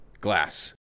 glass